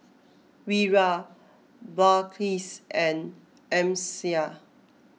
Wira Balqis and Amsyar